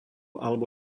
alebo